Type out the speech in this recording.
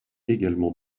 également